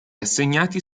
assegnati